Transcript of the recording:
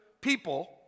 people